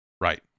Right